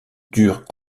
dure